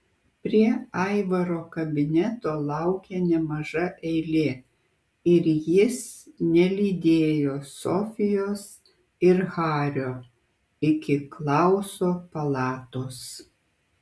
prie aivaro kabineto laukė nemaža eilė ir jis nelydėjo sofijos ir hario iki klauso palatos